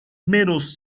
menos